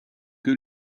que